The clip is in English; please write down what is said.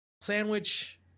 sandwich